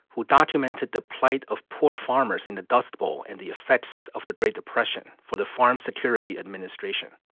who documented the plight of poor farmers in the dust bowl and the effects of the great depression for the farm security administration